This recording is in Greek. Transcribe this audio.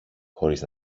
χωρίς